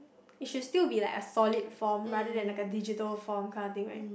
it should still be like a solid form rather than like a digital form kind of thing right